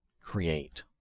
create